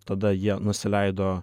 tada jie nusileido